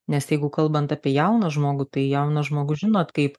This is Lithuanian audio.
nes jeigu kalbant apie jauną žmogų tai jaunas žmogus žinot kaip